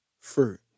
fruit